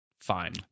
fine